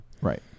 right